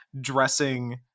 dressing